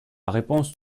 réponse